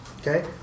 Okay